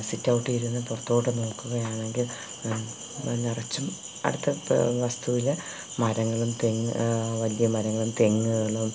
സിറ്റൌട്ടിലിരുന്നു പുറത്തോട്ട് നോക്കുകയാണെങ്കില് നിറച്ചും അടുത്ത വസ്തുവില് മരങ്ങളും തെങ്ങ് വലിയ മരങ്ങളും തെങ്ങുകളും